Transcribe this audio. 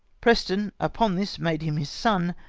preston upon this made him his son,